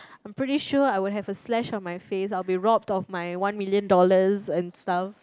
I'm pretty sure I would have a slash on my face I'll be robbed of my one million dollars and stuff